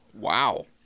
Wow